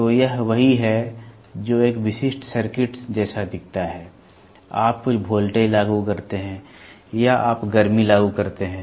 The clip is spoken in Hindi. तो यह वही है जो एक विशिष्ट सर्किट जैसा दिखता है आप कुछ वोल्टेज लागू करते हैं या आप गर्मी लागू करते हैं